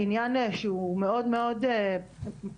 עניין שהוא מאוד מאוד חריג,